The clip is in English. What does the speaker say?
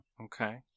Okay